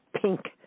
pink